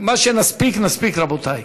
מה שנספיק נספיק, רבותי.